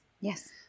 Yes